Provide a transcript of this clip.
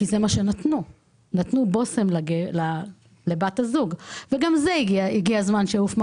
נתנו אז בושם לבת הזוג - גם זה הגיע שיעוף מהעולם.